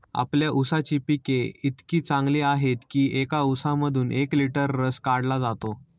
आपल्या ऊसाची पिके इतकी चांगली आहेत की एका ऊसामधून एक लिटर रस काढला जातो